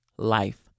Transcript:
life